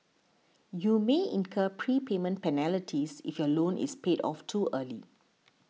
you may incur prepayment penalties if your loan is paid off too early